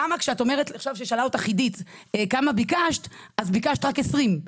למה כשעידית שאלה אותך כמה ביקשת, ביקשת רק 20?